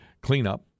Cleanup